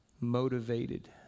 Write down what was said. motivated